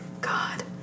god